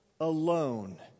alone